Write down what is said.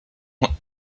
non